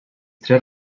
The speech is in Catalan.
tres